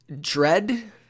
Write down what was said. dread